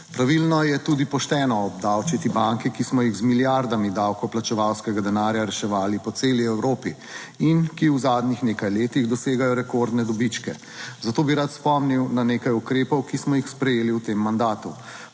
Pravilno je tudi pošteno obdavčiti banke, ki smo jih z milijardami davkoplačevalskega denarja reševali po celi Evropi in ki v zadnjih nekaj letih dosegajo rekordne dobičke. Zato bi rad spomnil na nekaj ukrepov, ki smo jih sprejeli v tem mandatu.